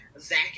Zach